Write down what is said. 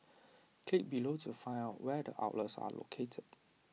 click below to find out where the outlets are located